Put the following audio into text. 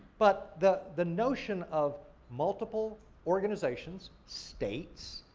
but, the the notion of multiple organizations, states,